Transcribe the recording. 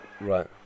Right